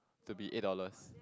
to be eight dollars